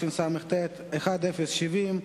התשס"ט 2009,